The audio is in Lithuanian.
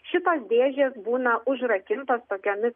šitos dėžės būna užrakintos tokiomis